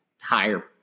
higher